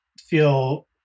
feel